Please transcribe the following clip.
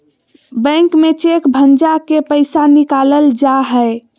bank में cheque भंजा के पैसा निकालल जा हय